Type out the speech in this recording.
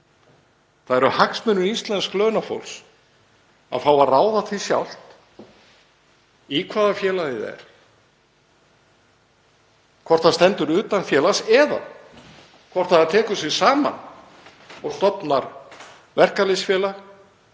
Það eru hagsmunir íslensks launafólks að fá að ráða því sjálft í hvaða félagi það er, hvort það stendur utan félags eða tekur sig saman og stofnar verkalýðsfélag,